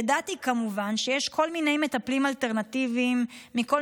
ידעתי כמובן שיש כל מיני מטפלים אלטרנטיביים מכל